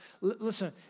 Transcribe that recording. listen